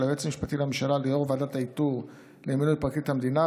היועץ המשפטי לממשלה ליו"ר ועדת האיתור למינוי פרקליט המדינה.